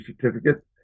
certificate